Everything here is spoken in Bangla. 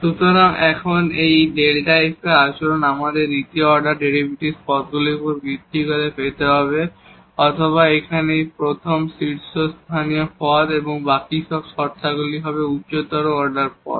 সুতরাং এখন এই Δf এর আচরণ আমাদের এই দ্বিতীয় অর্ডার ডেরিভেটিভস পদগুলির উপর ভিত্তি করে পেতে হবে অথবা এখানে প্রথম এই লিডিং টার্ম বাকি সব শর্তাবলী হবে উচ্চতর অর্ডার পদ